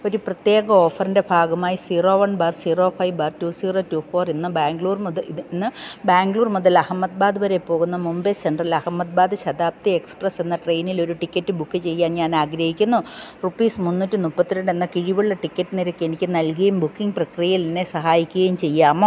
ഒരു പ്രത്യേക ഓഫറിൻ്റെ ഭാഗമായി zero one bar zero five bar two zero two four ഇന്ന് ബാംഗ്ലൂർ മുതൽ ഇത് ഇന്ന് ബാംഗ്ലൂർ മുതൽ അഹമ്മദാബാദ് വരെ പോകുന്ന മുംബൈ സെൻട്രൽ അഹമ്മദാബാദ് ശതാബ്ദി എക്സ്പ്രസ്സ് എന്ന ട്രെയിനിൽ ഒരു ടിക്കറ്റ് ബുക്ക് ചെയ്യാൻ ഞാൻ ആഗ്രഹിക്കുന്നു റുപ്പീസ് മുന്നൂറ്റി മുപ്പത്തി രണ്ട് എന്ന കിഴിവുള്ള ടിക്കറ്റ് നിരക്ക് എനിക്ക് നൽകുകയും ബുക്കിംഗ് പ്രക്രിയയിൽ എന്നെ സഹായിക്കുകയും ചെയ്യാമോ